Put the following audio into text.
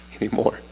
anymore